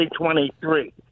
2023